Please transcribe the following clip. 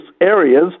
areas